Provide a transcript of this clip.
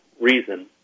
reason